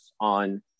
on